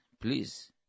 please